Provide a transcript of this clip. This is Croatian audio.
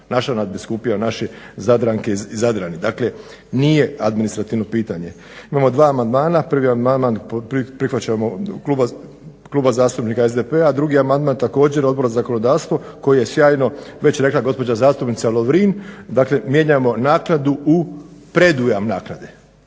naša nadbiskupija, naše zadranke i zadrani. Dakle nije administrativno pitanje. Imamo dva amandmana, prvi amandman prihvaćamo od kluba zastupnika SDP-a, drugi amandman također Odbora za zakonodavstvo koji je sjajno već rekla gospođa zastupnica Lovrin dakle mijenjamo naknadu u predujam naknade,